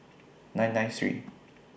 nine nine three